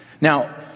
Now